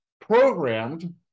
programmed